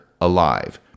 alive